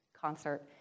concert